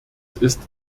ist